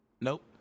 nope